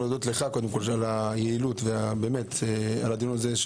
אני רוצה להודות לך על היעילות ועל הדיון הזה.